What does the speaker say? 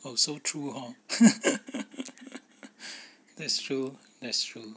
also true hor that's true that's true